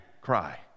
cry